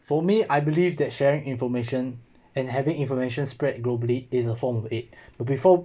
for me I believe that sharing information and having information spread globally is a form of aid before